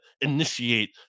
initiate